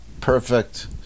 perfect